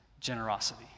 generosity